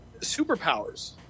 superpowers